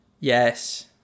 Yes